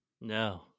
No